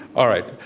all right.